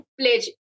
pledge